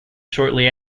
shortly